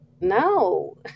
no